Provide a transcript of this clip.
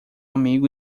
amigo